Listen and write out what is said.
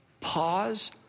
pause